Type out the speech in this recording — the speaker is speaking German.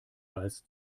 als